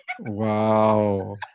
Wow